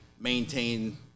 maintain